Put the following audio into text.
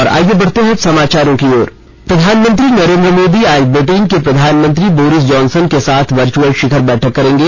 और आइए बढ़ते हैं अब समाचारों की ओर प्रधानमंत्री नरेन्द्र मोदी आज ब्रिटेन के प्रधानमंत्री बोरिस जॉनसन के साथ वर्च्यअल शिखर बैठक करेंगे